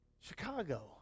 Chicago